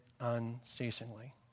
unceasingly